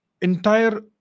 entire